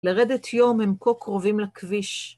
לרדת יום הם כה קרובים לכביש.